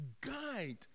guide